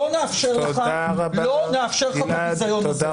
לא נאפשר לך את הביזיון הזה.